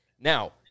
Now